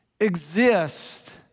exist